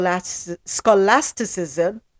scholasticism